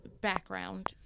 background